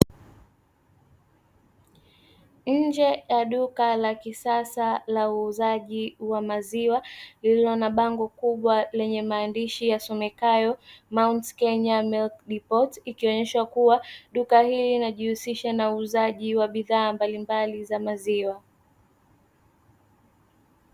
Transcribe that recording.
Nje ya duka la kisasa la uuzaji wa maziwa lililo na bango kubwa lenye maandishi yasomekayo maunti kenya "milk diloti", ikionyesha kuwa duka hili linajishughulisha na uuzaji wa bidhaa mbalimbali za maziwa.